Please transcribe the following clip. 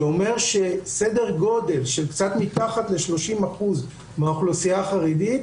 שאומר שסדר גודל של קצת מתחת ל-30% מהאוכלוסייה החרדית,